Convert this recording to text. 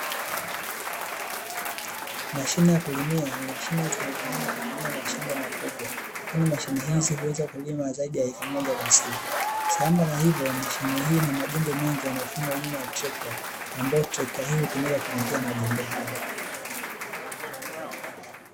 Mashine ya kulimia ni mashine inayotumika kulimia mashamba makubwa. Kwani mashine hizi huweza kulima zaidi ya hekari moja kwa siku. sambamba na hivyo, Mashine hii ina majembe mengi yanayofungwa nyuma ya trekta, ambayo trekta hii hutumika kuvutia majembe haya.